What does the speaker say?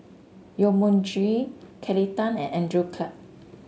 Yong Mun Chee Kelly Tang and Andrew Clarke